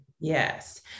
Yes